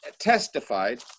testified